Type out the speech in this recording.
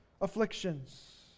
afflictions